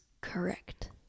correct